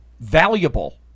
valuable